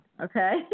Okay